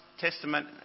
Testament